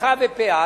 שכחה ופאה,